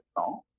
song